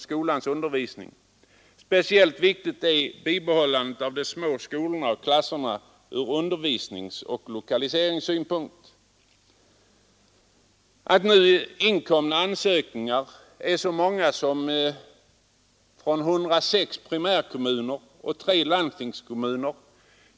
Speciellt viktigt är bibehållandet av de små skolorna och klasserna från undervisningsoch lokaliseringssynpunkt. Ansökningar har inkommit från 106 primärkommuner och tre landstingskommuner.